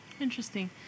interesting